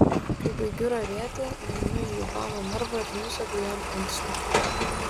kai baigiu ravėti nueinu į ivano narvą ir nusegu jam antsnukį